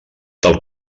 del